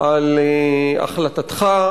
על החלטתך,